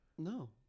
No